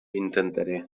intentaré